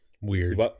Weird